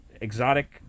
exotic